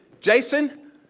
Jason